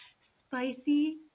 spicy